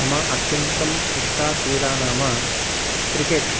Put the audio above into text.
मम अत्यन्तम् इष्टा क्रीडा नाम क्रिकेट्